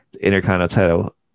Intercontinental